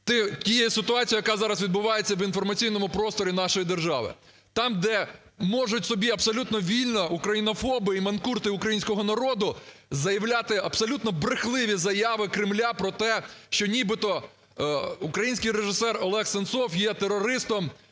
тією ситуацією, яка зараз відбувається в інформаційному просторі нашої держави. Там, де можуть собі абсолютно вільно українофоби і манкурти українського народу заявляти абсолютно брехливі заяви Кремля про те, що нібито український режисер ОлегСенцов є терористом